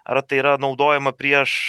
ar tai yra naudojama prieš